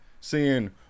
seeing